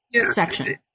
section